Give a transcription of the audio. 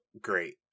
great